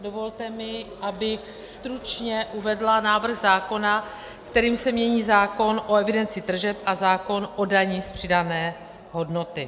Dovolte mi, abych stručně uvedla návrh zákona, kterým se mění zákon o evidenci tržeb a zákon o dani z přidané hodnoty.